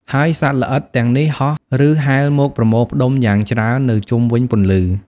ហើយសត្វល្អិតទាំងនេះហោះ ឬហែលមកប្រមូលផ្តុំយ៉ាងច្រើននៅជុំវិញពន្លឺ។